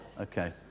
Okay